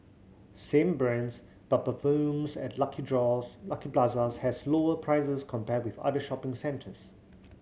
same brands but perfumes at Lucky Lucky Plaza has lower prices compared with other shopping centres